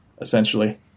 essentially